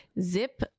Zip